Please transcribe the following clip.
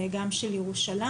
גם של ירושלים,